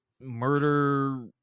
murder